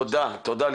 עוד דבר --- תודה לירז.